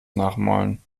nachmalen